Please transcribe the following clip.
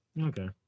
Okay